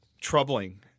troubling